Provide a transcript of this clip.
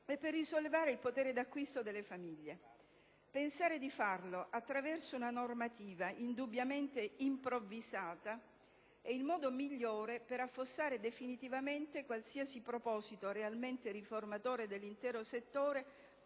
e per risollevare il potere d'acquisto delle famiglie. Pensare di farlo attraverso una normativa indubbiamente improvvisata è il modo migliore per affossare definitivamente qualsiasi proposito realmente riformatore dell'intero settore